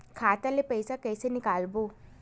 खाता ले पईसा कइसे निकालबो?